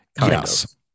Yes